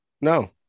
No